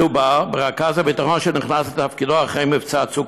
מדובר ברכז הביטחון שנכנס לתפקידו אחרי מבצע צוק